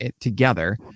together